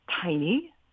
tiny